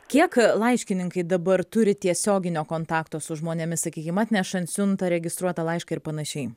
kiek laiškininkai dabar turi tiesioginio kontakto su žmonėmis sakykim atnešant siuntą registruotą laišką ir panašiai